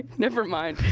nevermind.